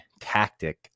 tactic